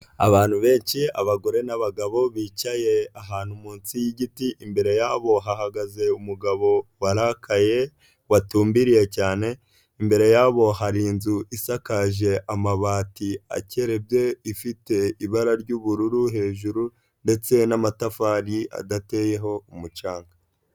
Abantu benshi abagore n'abagabo bicaye ahantu munsi y'igiti, imbere yabo hahagaze umugabo warakaye watumbiriye cyane, imbere yabo hari inzu isakaje amabati akerebye ifite ibara ry'ubururu hejuru ndetse n'amatafari adateyeho mucanga.